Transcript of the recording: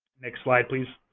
next slide, please.